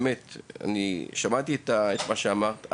שמעתי את מה שאמרת,